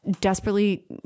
desperately